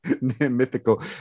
mythical